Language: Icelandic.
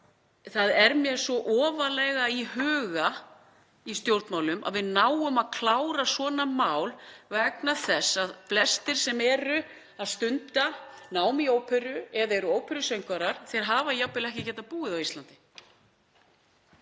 það er mér er svo ofarlega í huga í stjórnmálum að við náum að klára svona mál vegna þess að flestir sem eru að stunda nám í óperu eða eru óperusöngvarar hafa jafnvel ekki getað búið á Íslandi.